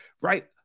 right